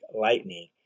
lightning